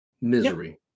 misery